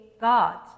God